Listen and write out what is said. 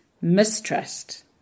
mistrust